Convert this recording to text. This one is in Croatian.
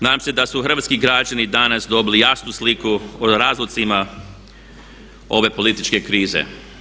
Nadam se da su hrvatski građani danas dobili jasnu sliku o razlozima ove političke krize.